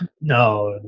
No